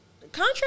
contrary